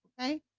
okay